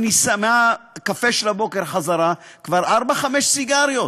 ומהקפה של הבוקר ובחזרה, כבר ארבע-חמש סיגריות.